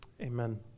amen